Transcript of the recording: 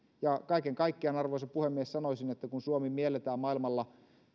kaiken kaikkiaan arvoisa puhemies sanoisin että kun suomi mielletään maailmalla